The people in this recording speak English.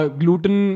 gluten